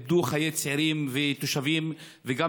צעירים ותושבים איבדו את חייהם,